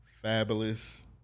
fabulous